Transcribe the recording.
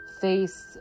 face